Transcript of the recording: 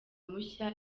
mushya